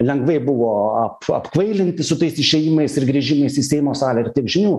lengvai buvo ap apkvailinti su tais išėjimais ir grįžimais į seimo salę ir tiek žinių